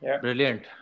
Brilliant